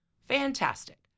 Fantastic